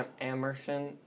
Amerson